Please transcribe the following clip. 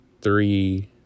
three